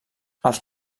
els